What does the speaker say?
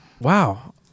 Wow